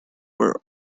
are